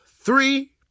three